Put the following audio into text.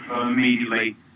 immediately